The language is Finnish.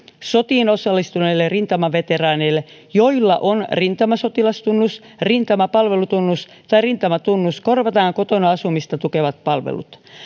sotiin osallistuneille rintamaveteraaneille joilla on rintamasotilastunnus rintamapalvelutunnus tai rintamatunnus korvataan kotona asumista tukevat palvelut